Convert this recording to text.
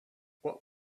what